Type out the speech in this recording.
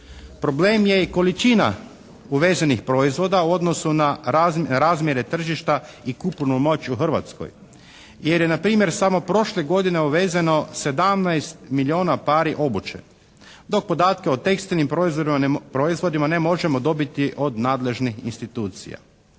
problem je i količina uvezenih proizvoda u odnosu na razmjere tržišta i kupovnu moć u Hrvatskoj jer je npr. samo prošle godine uvezeno 17 milijuna pari obuće, dok podatke o tekstilnim proizvodima ne možemo dobiti od nadležnih institucija.